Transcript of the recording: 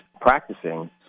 practicing